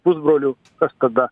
pusbrolių kas tada